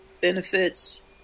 benefits